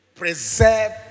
Preserve